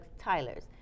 Tyler's